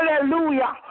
Hallelujah